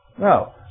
No